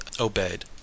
obeyed